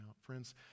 Friends